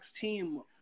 team